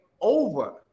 over